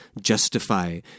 justify